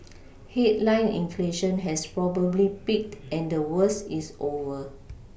headline inflation has probably peaked and the worst is over